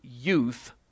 youth